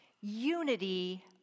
unity